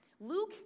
Luke